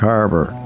Harbor